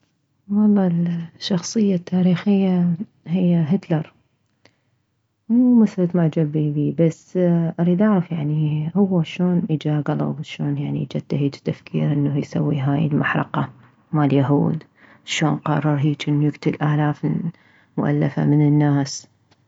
والله الشخصية التاريخية هي هتلر مو مسالة معجبة بيه بس اريد اعرف هو شلون اجاه كلب شلون اجاه هيج تفكير يسوس هاي المحرقة ماليهود شلون قرر هيجي يقتل الاف مؤلفة من الناس